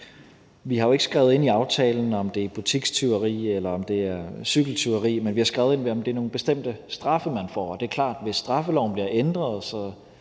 Vi har jo ikke skrevet ind i aftalen, om det er butikstyveri eller det er cykeltyveri. Men vi har skrevet, at det er i forhold til nogle bestemte straffe, man får. Og det er klart, at hvis straffeloven bliver ændret, sådan